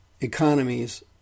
economies